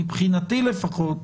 מבחינתי, לפחות,